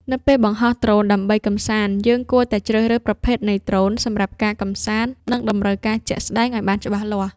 នៅពេលបង្ហោះដ្រូនដើម្បីកម្សាន្ត យើងគួរតែជ្រើសរើសប្រភេទនៃដ្រូនសម្រាប់ការកម្សាន្ត និងតម្រូវការជាក់ស្ដែងឲ្យបានច្បាស់លាស់។